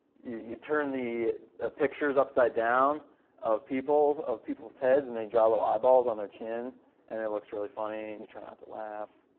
you turn the pictures upside-down of people's of people's heads, and draw ah eyeballs on their chins and it looks really funny. and you try not to laugh.